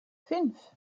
fünf